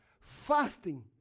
Fasting